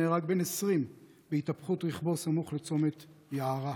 נהרג בן 20 בהתהפכות רכבו סמוך לצומת יערה,